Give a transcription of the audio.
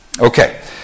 Okay